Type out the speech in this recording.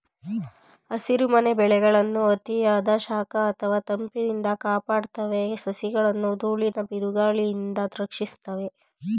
ಹಸಿರುಮನೆ ಬೆಳೆಗಳನ್ನು ಅತಿಯಾದ ಶಾಖ ಅಥವಾ ತಂಪಿನಿಂದ ಕಾಪಾಡ್ತವೆ ಸಸಿಗಳನ್ನು ದೂಳಿನ ಬಿರುಗಾಳಿಯಿಂದ ರಕ್ಷಿಸ್ತದೆ